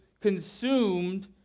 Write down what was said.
consumed